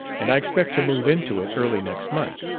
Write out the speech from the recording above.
and i expect to move into it early next month.